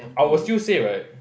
I'll still say right